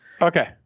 okay